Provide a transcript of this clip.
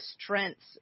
strengths